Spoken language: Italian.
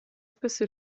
spesso